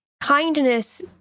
Kindness